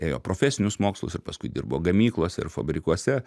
ėjo profesinius mokslus ir paskui dirbo gamyklose ir fabrikuose